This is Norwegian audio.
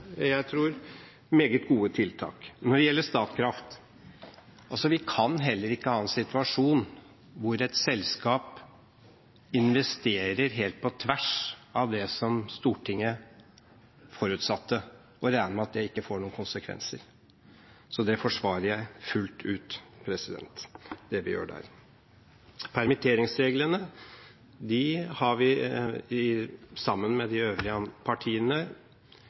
jeg tror det er meget gode tiltak. Når det gjelder Statkraft: Vi kan heller ikke ha en situasjon hvor et selskap investerer helt på tvers av det som Stortinget forutsatte, og regne med at det ikke får noen konsekvenser. Så det vi gjør der, forsvarer jeg fullt ut. Permitteringsreglene har vi, sammen med de øvrige partiene,